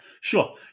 sure